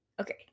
Okay